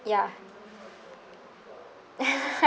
ya